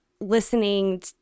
listening